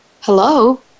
Hello